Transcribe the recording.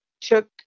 took